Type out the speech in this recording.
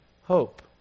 hope